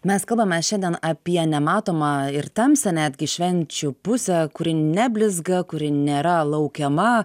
mes kalbame šiandien apie nematomą ir tamsią netgi švenčių pusę kuri neblizga kuri nėra laukiama